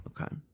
Okay